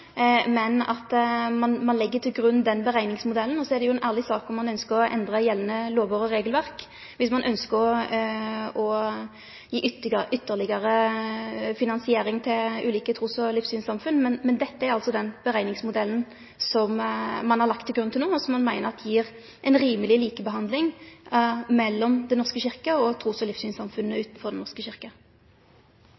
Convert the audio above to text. men at ein legg til grunn den berekningsmodellen. Så er det jo ein ærleg sak om ein ønskjer å endre gjeldande lovar og regelverk, om ein ønskjer å gi ytterlegare finansiering til ulike trus- og livssynssamfunn. Men dette er altså den berekningsmodellen som ein har lagt til grunn til no, og som ein meiner gjev ein rimeleg likebehandling mellom Den norske kyrkja og trus- og